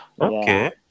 okay